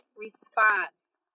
Response